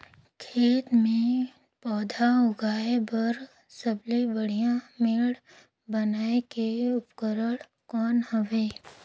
खेत मे पौधा उगाया बर सबले बढ़िया मेड़ बनाय के उपकरण कौन हवे?